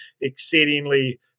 exceedingly